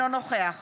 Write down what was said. אינו נוכח